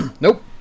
Nope